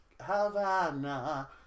Havana